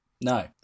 no